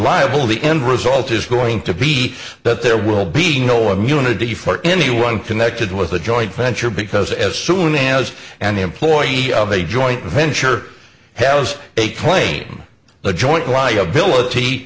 liable the end result is going to be that there will be no immunity for anyone connected with the joint venture because as soon as an employee of a joint venture has a claim the joint liability